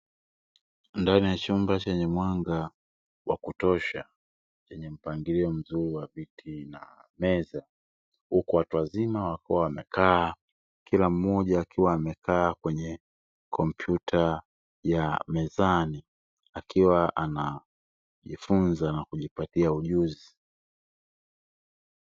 Ndani ya chumba chenye mwanga wa kutosha chenye mpangilio mzuri wa viti na meza, huku watu wazima wakiwa wamekaa kila mmoja akiwa amekaa kwenye kompyuta ya mezani akiwa anajifunza na kujipatia ujuzi.